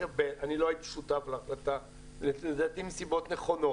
אני לא הייתי שותף להחלטה וזה לדעתי מסיבות נכונות,